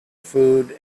food